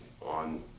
on